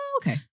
okay